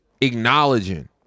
acknowledging